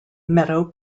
meadow